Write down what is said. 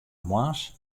moarns